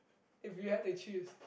if you had to choose